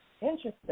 Interesting